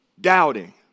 doubting